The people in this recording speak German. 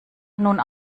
nun